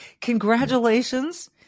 Congratulations